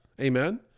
Amen